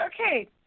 okay